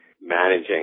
managing